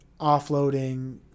offloading